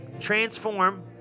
transform